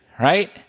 right